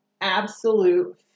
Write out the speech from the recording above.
absolute